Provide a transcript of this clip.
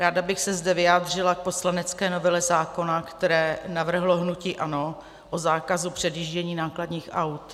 Ráda bych se zde vyjádřila k poslanecké novele zákona, kterou navrhlo hnutí ANO, o zákazu předjíždění nákladních aut.